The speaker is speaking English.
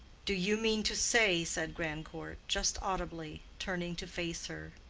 do you mean to say, said grandcourt, just audibly, turning to face her,